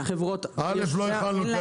יש חברות --- לא החלנו.